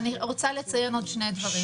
אני רוצה לציין עוד שני דברים.